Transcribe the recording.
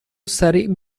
سریع